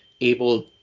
able